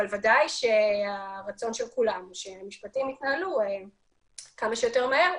ודאי שהרצון של כולנו הוא שהמשפטים יתנהלו כמה שיותר מהר.